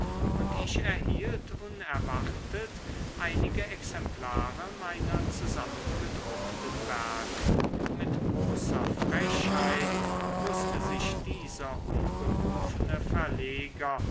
und ich erhielt unerwartet einige exemplare meiner zusammengedruckten werke mit großer frechheit wußte sich dieser unberufene verleger